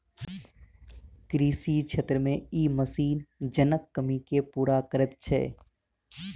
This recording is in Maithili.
कृषि क्षेत्र मे ई मशीन जनक कमी के पूरा करैत छै